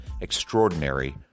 Extraordinary